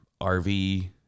RV